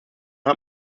hat